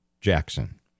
Jackson